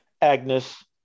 Agnes